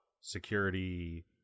security